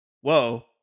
Whoa